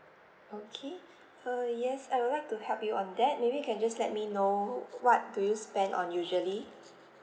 okay uh yes I would like to help you on that maybe you can just let me know what do you spend on usually